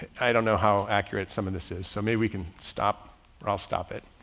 i don't know how accurate some of this is, so maybe we can stop or i'll stop it.